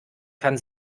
kann